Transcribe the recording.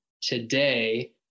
today